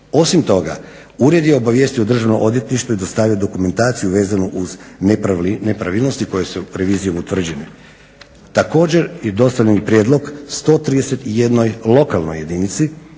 Osim toga, ured je obavijestio DrŽavno odvjetništvo i dostavio dokumentaciju vezanu uz nepravilnosti koje su revizijom utvrđene. Također je dostavljen i prijedlog 131 lokalnoj jedinici